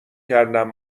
کردم